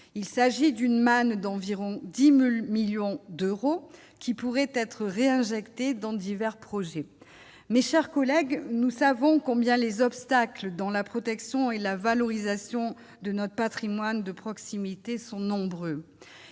il s'agit d'une manne d'environ 10 me 1000000 d'euros qui pourraient être réinjectées dans divers projets, mes chers collègues, nous savons combien les obstacles dans la protection et la valorisation de notre Patrimoine de proximité sont nombreux,